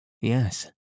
Yes